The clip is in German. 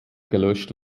gelöscht